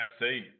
see